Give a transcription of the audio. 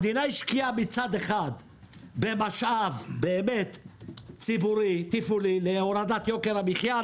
המדינה השקיעה מצד אחד במשאב ציבורי תפעולי להורדת יוקר המחיה,